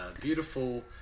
beautiful